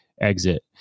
exit